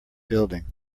building